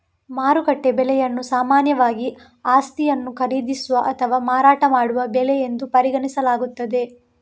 ಮಾರುಕಟ್ಟೆ ಬೆಲೆಯನ್ನು ಸಾಮಾನ್ಯವಾಗಿ ಆಸ್ತಿಯನ್ನು ಖರೀದಿಸುವ ಅಥವಾ ಮಾರಾಟ ಮಾಡುವ ಬೆಲೆ ಎಂದು ಪರಿಗಣಿಸಲಾಗುತ್ತದೆ